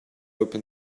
open